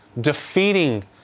defeating